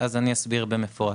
אסביר במפורט.